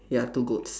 ya two goats